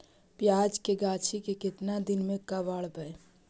प्याज के गाछि के केतना दिन में कबाड़बै?